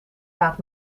raad